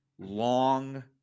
long